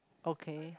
okay